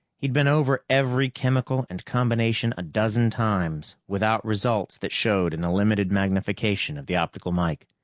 he'd been over every chemical and combination a dozen times, without results that showed in the limited magnification of the optical mike.